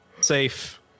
Safe